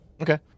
Okay